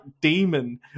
demon